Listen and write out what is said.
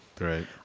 Right